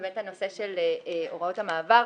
וזה הנושא של הוראות המעבר.